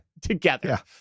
together